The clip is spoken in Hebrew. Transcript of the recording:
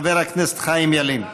חבר הכנסת חיים ילין.